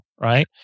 right